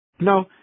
No